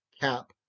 cap